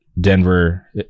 Denver